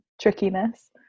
trickiness